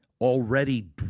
already